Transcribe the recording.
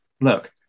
look